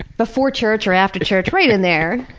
before church or after church, right in there.